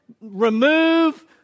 remove